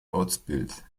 ortsbild